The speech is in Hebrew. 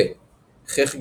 פה חיך גבוה,